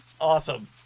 Awesome